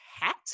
hat